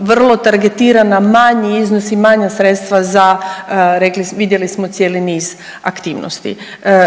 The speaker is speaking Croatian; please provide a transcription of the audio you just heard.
vrlo targetirana manji iznosi, manja sredstva za vidjeli smo cijeli niz aktivnosti.